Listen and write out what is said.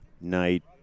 night